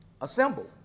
Assemble